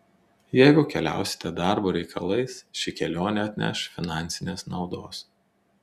jeigu keliausite darbo reikalais ši kelionė atneš finansinės naudos